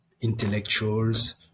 intellectuals